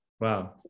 wow